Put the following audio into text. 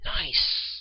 Nice